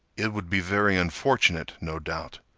it would be very unfortunate, no doubt,